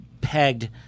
pegged